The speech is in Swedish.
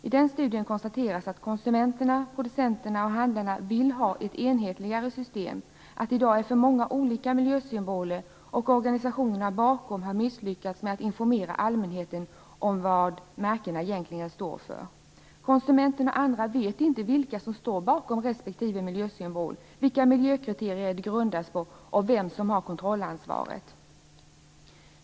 I den studien konstateras det att konsumenterna, producenterna och handlarna vill ha ett enhetligare system. I dag är det för många olika miljösymboler, och organisationerna bakom har misslyckats med att informera allmänheten om vad märkena egentligen står för. Konsumenter och andra vet inte vilka som står bakom respektive miljösymbol, vilka miljökriterier de grundas på och vem som har kontrollansvaret.